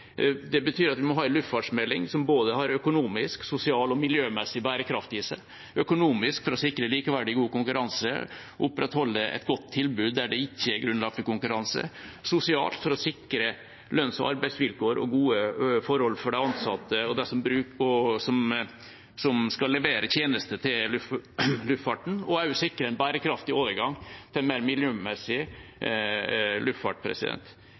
Det betyr at vi må ha en luftfartsmelding som har både økonomisk, sosial og miljømessig bærekraft i seg – økonomisk for å sikre likeverdig, god konkurranse og opprettholde et godt tilbud der det ikke er grunnlag for konkurranse, sosialt for å sikre lønns- og arbeidsvilkår og gode forhold for de ansatte og dem som skal levere tjenester til luftfarten, og vi må også sikre en bærekraftig overgang til mer miljømessig luftfart.